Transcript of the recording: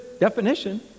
definition